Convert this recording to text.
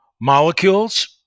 molecules